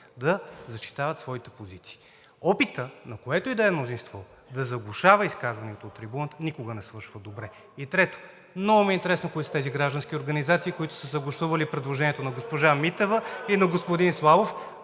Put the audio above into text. да защитават своите позиции. Опитът на което и да е мнозинство да заглушава изказванията от трибуната никога не свършва добре. И трето, много ми е интересно кои са тези граждански организации, които са съгласували предложението на госпожа Митева и на господин Славов?